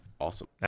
Awesome